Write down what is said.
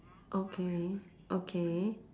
okay okay